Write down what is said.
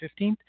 15th